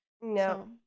No